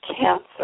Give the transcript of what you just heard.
cancer